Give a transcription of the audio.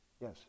Yes